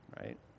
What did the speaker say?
right